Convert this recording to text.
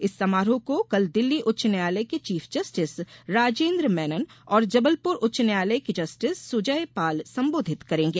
इस समारोह को कल दिल्ली उच्च न्यायालय के चीफ जस्टिस राजेन्द्र मेनन और जबलपुर उच्च न्यायालय के जस्टिस सुजय पाल संबोधित करेंगे